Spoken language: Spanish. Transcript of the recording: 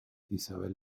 isabel